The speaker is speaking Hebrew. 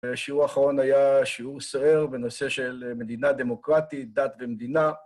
השיעור האחרון היה שיעור סוער בנושא של מדינה דמוקרטית, דת ומדינה.